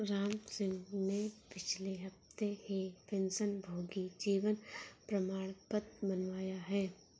रामसिंह ने पिछले हफ्ते ही पेंशनभोगी जीवन प्रमाण पत्र बनवाया है